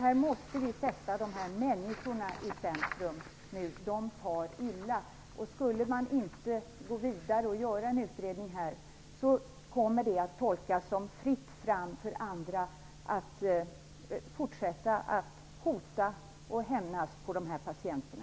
Vi måste nu sätta dessa människor i centrum. De far illa. Skulle man inte gå vidare med en utredning, kommer det att tolkas som att det är fritt fram för andra att fortsätta att hota och hämnas på de här patienterna.